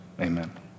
amen